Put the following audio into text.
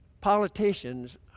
politicians